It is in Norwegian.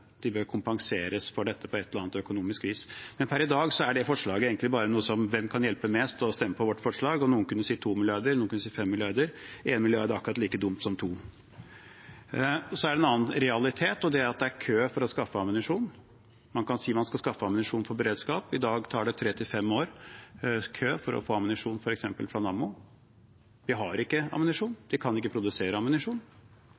forslaget egentlig bare som å si hvem som kan hjelpe mest, stem på vårt forslag, og noen kunne si to milliarder, andre fem milliarder. Én milliard er akkurat like dumt som to. Så er det en annen realitet, og det er at det er kø for å skaffe ammunisjon. Man kan si man skal skaffe ammunisjon for beredskap. I dag er det tre til fem års kø for å få ammunisjon, f.eks. fra Nammo. Vi har ikke